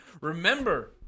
Remember